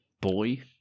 boy